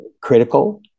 critical